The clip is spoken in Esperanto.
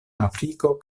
afriko